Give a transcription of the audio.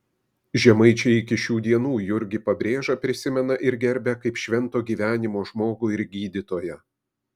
žemaičiai iki šių dienų jurgį pabrėžą prisimena ir gerbia kaip švento gyvenimo žmogų ir gydytoją